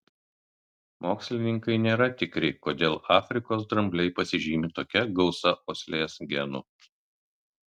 mokslininkai nėra tikri kodėl afrikos drambliai pasižymi tokia gausa uoslės genų